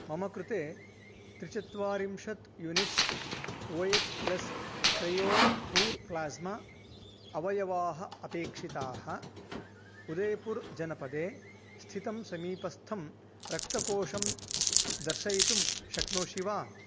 मम कृते त्रिचत्वारिंशत् units O H plus cryo poor plasma अवयवाः अपेक्षिताः उदयपुर् जनपदे स्थितं समीपस्थं रक्तकोषं दर्शयितुं शक्नोषि वा